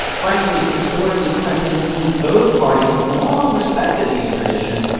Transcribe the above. frankly, historically, presidents in both parties have long respected these traditions,